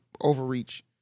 overreach